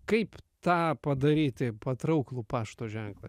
kaip tą padaryti patrauklų pašto ženklą